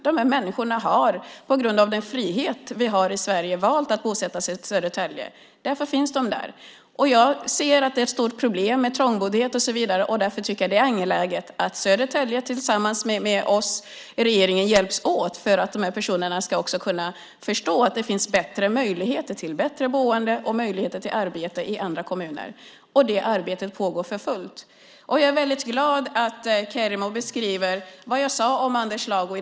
De människorna har på grund av den frihet vi har i Sverige valt att bosätta sig i Södertälje. Därför finns de där. Jag ser att det är ett stort problem med trångboddhet och så vidare. Därför är det angeläget att Södertälje tillsammans med oss i regeringen hjälps åt för att de personerna ska kunna förstå att det finns bättre möjligheter till bättre boende och arbete i andra kommuner. Det arbetet pågår för fullt. Jag är väldigt glad att Kerimo i denna kammare beskriver vad jag sade om Anders Lago.